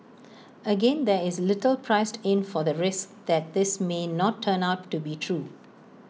again there is little priced in for the risk that this may not turn out to be true